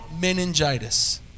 meningitis